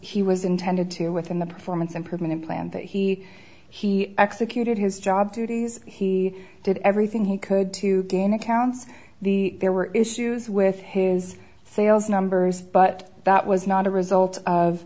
he was intended to within the performance improvement plan that he he executed his job duties he did everything he could to gain accounts the there were issues with his sales numbers but that was not a result of